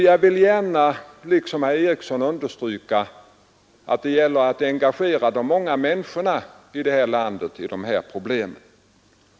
Jag vill gärna liksom herr Eriksson i Arvika understryka att det gäller att engagera de många människorna i detta land i dessa problem.